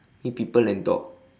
meet people and talk